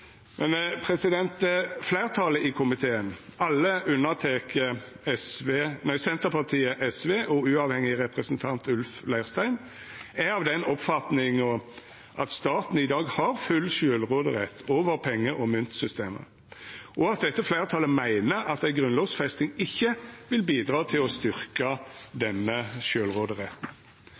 men fleirtalet i komiteen – alle unnateke Senterpartiet, SV og uavhengig representant Ulf Leirstein – er av den oppfatning at staten i dag har full sjølvråderett over penge- og myntsystemet, og dette fleirtalet meiner at ei grunnlovfesting ikkje vil bidra til å styrkja denne